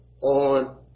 on